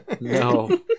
No